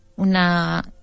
Una